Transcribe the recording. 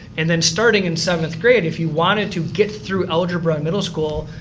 and then starting in seventh grade if you wanted to get through algebra in middle school,